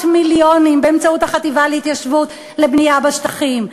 מיליונים באמצעות החטיבה להתיישבות לבנייה בשטחים,